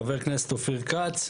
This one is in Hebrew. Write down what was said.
חבר הכנסת אופיר כץ,